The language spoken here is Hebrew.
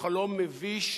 הוא חלום מביש,